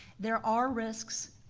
there are risks,